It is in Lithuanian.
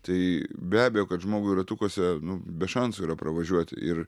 tai be abejo kad žmogui ratukuose be šansų yra pravažiuoti ir